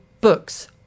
books